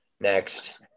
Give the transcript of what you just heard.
Next